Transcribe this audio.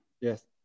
Yes